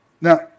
Now